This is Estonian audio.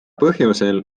põhjusel